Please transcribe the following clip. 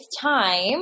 time